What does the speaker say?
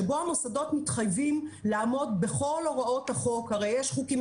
שבו המוסדות מתחייבים לעמוד בכל הוראות החוק הרי יש חוקים,